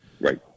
Right